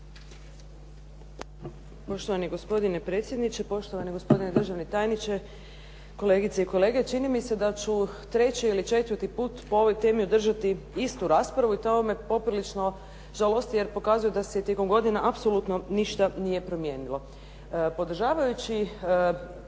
Poštovani gospodine predsjedniče, poštovani gospodine državni tajniče, kolegice i kolege. Čini mi se da ću treći ili četvrti put po ovoj temi održati istu raspravu i to me poprilično žalosti jer pokazuje da se tijekom godina apsolutno ništa nije promijenilo. Podržavajući